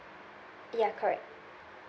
ya correct